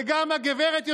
וגם הגברת,